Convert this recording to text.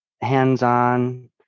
hands-on